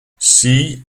see